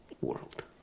world